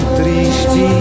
triste